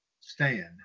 stand